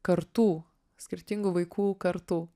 kartų skirtingų vaikų kartų